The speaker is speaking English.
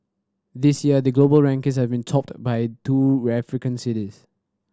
this year the global rankings have been topped by two African cities